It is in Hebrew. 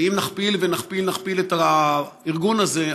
ואם נכפיל ונכפיל את הארגון הזה,